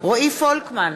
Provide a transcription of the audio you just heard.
רועי פולקמן,